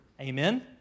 amen